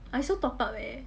I also top up eh